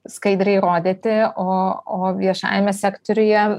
skaidriai rodyti o o viešajame sektoriuje